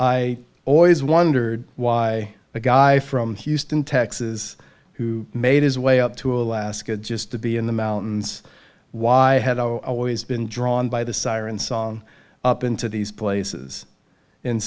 i always wondered why a guy from houston texas who made his way up to alaska just to be in the mountains why i had always been drawn by the siren song up into these places and